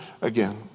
again